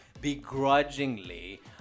begrudgingly